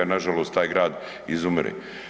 Nažalost taj grad izumire.